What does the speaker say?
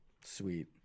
Sweet